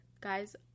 guys